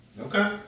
Okay